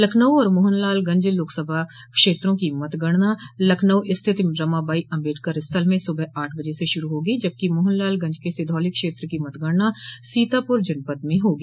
लखनऊ और मोहनलालगंज लोकसभा क्षेत्रों की मतगणना लखनऊ स्थित रमाबाई अम्बेडकर स्थल में सुबह आठ बजे से शुरू होगी जबकि मोहनलालगंज के सिधौली क्षेत्र की मतगणना सीतापुर जनपद में होगी